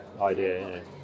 idea